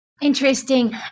Interesting